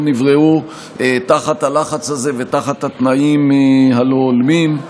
נבראו תחת הלחץ הזה ותחת התנאים הלא-הולמים.